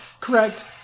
Correct